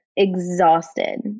exhausted